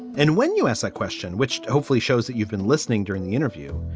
and when you ask a question which hopefully shows that you've been listening during the interview,